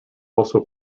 also